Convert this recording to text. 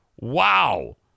Wow